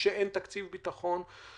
כשאין תקציב ביטחון,